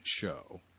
show